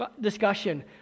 discussion